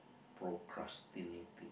procrastinating